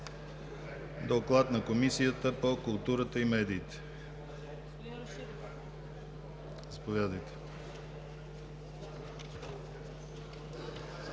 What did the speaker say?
на Комисията по културата и медиите.